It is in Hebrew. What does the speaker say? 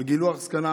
על גילוח זקנם.